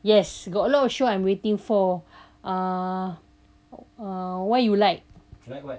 yes got alot of show I'm waiting for uh uh why you like